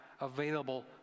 available